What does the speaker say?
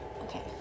Okay